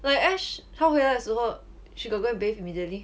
like ash 她回来的时候 she got go and bathe immediately